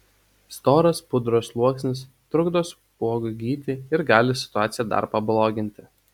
storas pudros sluoksnis trukdo spuogui gyti ir gali situaciją dar pabloginti